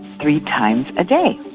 three times a day.